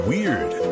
Weird